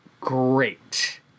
great